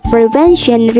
Prevention